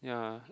yeah